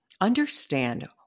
understand